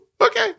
okay